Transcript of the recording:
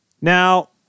Now